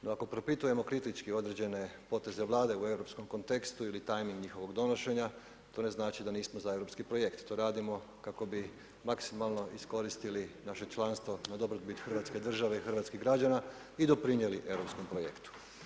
No ako propitujemo kritički određene poteze Vlade u europskom kontekstu ili tajni njihovog donošenja, to ne znači da nismo za europski projekt, to radimo kako bi maksimalno iskoristili naše članstvo na dobrobit Hrvatske države i hrvatskih građana i doprinijeli europskom projektu.